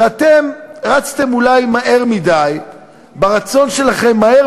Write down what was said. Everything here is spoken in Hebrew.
שאתם רצתם אולי מהר מדי ברצון שלכם מהר